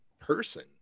person